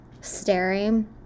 staring